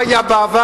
מה היה בעבר,